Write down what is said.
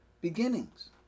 beginnings